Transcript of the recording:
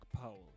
powell